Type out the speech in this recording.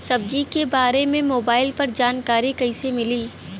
सब्जी के बारे मे मोबाइल पर जानकारी कईसे मिली?